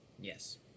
Yes